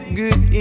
good